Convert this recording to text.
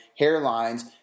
hairlines